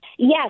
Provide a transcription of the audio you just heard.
Yes